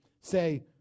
say